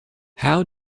how